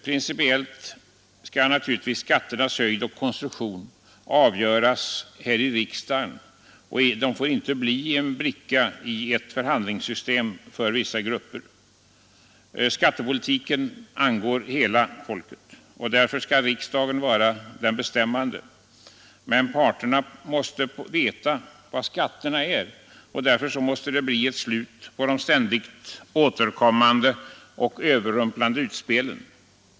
Principiellt skall naturligtvis skatternas höjd och konstruktion avgöras i riksdagen och" inte bli en bricka i ett förhandlingssystem för v grupper. Skattepolitiken angår hela folket, och därför skall riksdagen v bestämmande. Men parterna måste veta vad skatterna är, och därför måste det bli ett slut på de ständigt återkommande och överrumplande utspelen.